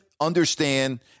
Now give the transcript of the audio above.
understand